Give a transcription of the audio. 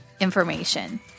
information